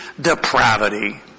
depravity